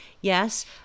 yes